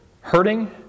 hurting